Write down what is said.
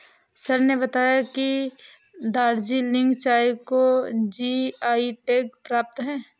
sir ने बताया कि दार्जिलिंग चाय को जी.आई टैग प्राप्त है